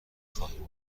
خواهیم